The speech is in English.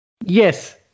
Yes